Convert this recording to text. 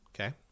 Okay